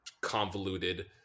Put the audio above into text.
convoluted